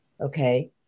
okay